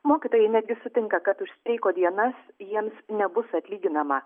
mokytojai netgi sutinka kad už streiko dienas jiems nebus atlyginama